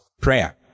prayer